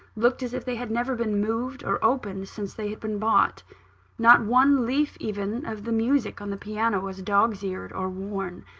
looked as if they had never been moved or opened since they had been bought not one leaf even of the music on the piano was dogs-eared or worn.